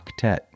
Octet